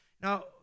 Now